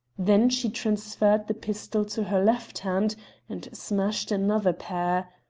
then she transferred the pistol to her left hand and smashed another pair.